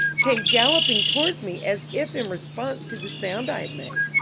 came galloping towards me as if in response to the sound i had made.